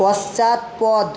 পশ্চাৎপদ